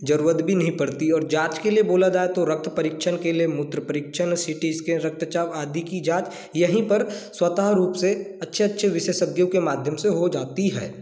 ज़रूरत भी नहीं पड़ती और जांच के लिए बोला जाए तो रक्त परीक्षण के किए मूत्र परीक्षण सी टी स्कैन रक्त जांच आदि की जांच यहीं पर स्वत रूप से अछे अच्छे विशेषज्ञों के माध्यम से हो जाती है